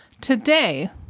today